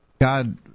God